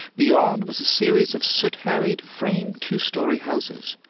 beyond was a series of soot-harried frame two-story houses,